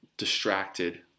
distracted